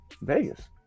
Vegas